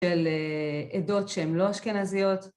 של עדות שהן לא אשכנזיות.